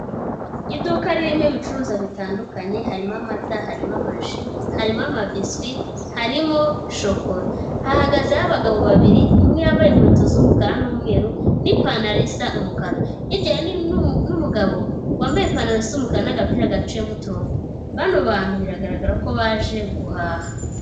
Iduka ririmo ibicuruzwa bitandukanye, harimo amata, harimo amaji, hari amabiswi, harimo shokora. Hahagazeho abagabo babiri, umwe yambaye inkweto z'umukara n'umweru, n'ipantaro isa umukara. Hirya hari n'umugabo, wambaye ipantaro isa umukara n'agapira gaciyemo uturongo. Bano bantu biragaragara ko baje guhaha.